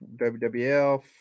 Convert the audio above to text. WWF